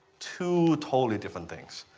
two totally different things,